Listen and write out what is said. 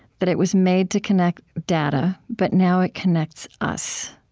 that it was made to connect data, but now it connects us.